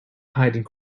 hiding